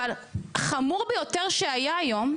אבל חמור ביותר שהיה היום,